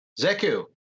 Zeku